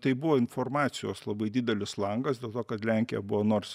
tai buvo informacijos labai didelis langas dėl to kad lenkija buvo nors